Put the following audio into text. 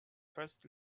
first